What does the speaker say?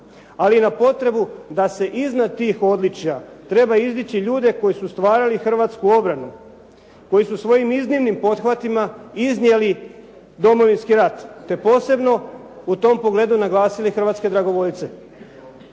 ali na potrebu da se iznad tih odličja, treba izdići ljude koji su stvarali hrvatsku obranu, koji su svojim iznimnim pothvatima iznijeli Domovinski rat, te posebno u tom pogledu naglasili hrvatske dragovoljce.